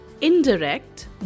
indirect